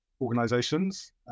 organizations